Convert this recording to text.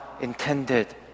intended